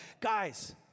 Guys